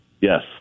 Yes